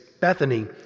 Bethany